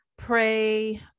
pray